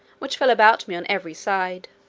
which fell about me on every side.